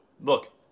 look